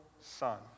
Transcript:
son